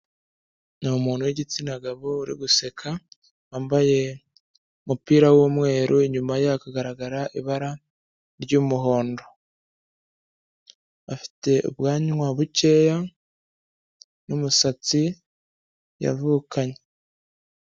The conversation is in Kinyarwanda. Ni umuntu w'igitsina gabo uri guseka wambaye umupira w'umweru, inyuma ye hakagaragara ibara ry'umuhondo, afite ubwanwa bukeya n'umusatsi yavukanye.